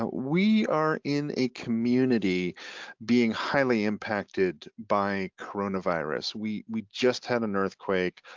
ah we are in a community being highly impacted by coronavirus. we we just had an earthquake,